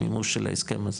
מימוש של ההסכם הזה?